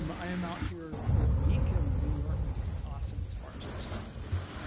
but i'm out here for the week and new york is awesome as far as restaurants go.